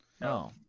No